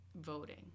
voting